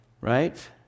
right